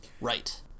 Right